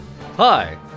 Hi